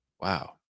Wow